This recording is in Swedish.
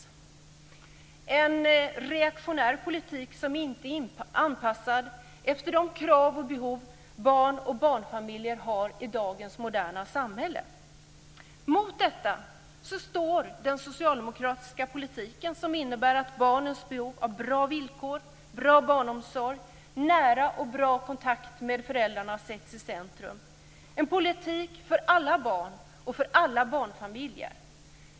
Det är en reaktionär politik som inte är anpassad efter de krav och behov som barn och barnfamiljer har i dagens moderna samhälle. Mot detta står den socialdemokratiska politiken, som innebär att barnens behov av bra villkor, bra barnomsorg och nära och bra kontakt med föräldrarna sätts i centrum. Det är en politik för alla barn och alla barnfamiljer.